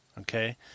Okay